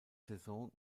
saison